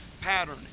pattern